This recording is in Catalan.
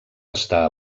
està